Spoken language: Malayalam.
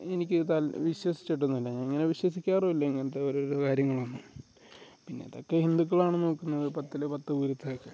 എനിക്ക് വിശ്വസിച്ചിട്ടൊന്നും ഇല്ല ഞാൻ ഇങ്ങനെ വിശ്വസിക്കാറും ഇല്ല ഇങ്ങനത്തെ ഓരോരോ കാര്യങ്ങളൊന്നും പിന്നെ ഇതൊക്കെ ഹിന്ദുക്കളാണ് നോക്കുന്നത് പത്തിൽ പത്ത് പൊര്ത്തെക്കെ